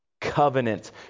Covenant